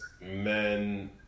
men